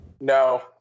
No